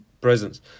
presence